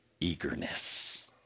eagerness